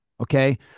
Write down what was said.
Okay